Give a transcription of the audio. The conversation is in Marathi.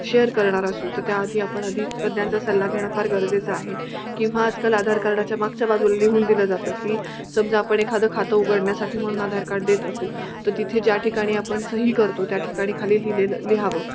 शेअर करणार असू तर त्याआधी आपण आधी तज्ज्ञांचा सल्ला घेणं फार गरजेचं आहे किंवा आजकाल आधार कार्डाच्या मागच्या बाजूला लिहून दिलं जातं की समजा आपण एखादं खातं उघडण्यासाठी म्हणून आधार कार्ड देत असू तर तिथे ज्या ठिकाणी आपण सही करतो त्या ठिकाणी खाली लिहिलेलं लिहावं